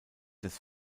des